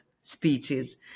speeches